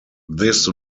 this